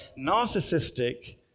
narcissistic